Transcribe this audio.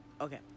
Okay